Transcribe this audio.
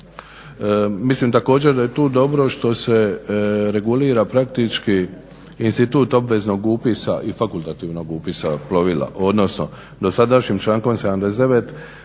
Mislim također da je tu dobro što se regulira praktički institut obveznog upisa i fakultativnog upisa plovila, odnosno do sadašnjim člankom 79.